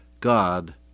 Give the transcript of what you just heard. God